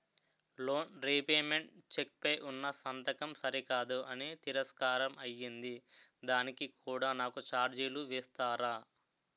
Loan repayment cheque పై ఉన్నా సంతకం సరికాదు అని తిరస్కారం అయ్యింది దానికి కూడా నాకు ఛార్జీలు వేస్తారా?